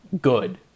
good